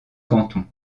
canton